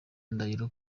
ndahiro